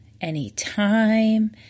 anytime